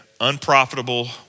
unprofitable